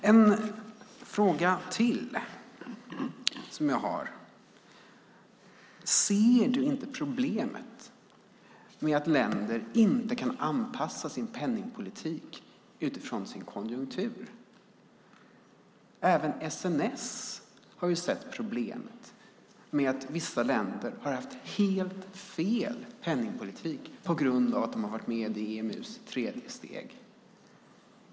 Jag har ytterligare en fråga: Ser Lars Elinderson inte problemet med att länder inte kan anpassa sin penningpolitik utifrån sin konjunktur? Även SNS har sett problemet med att vissa länder haft helt fel penningpolitik på grund av att de varit med i EMU:s tredje steg.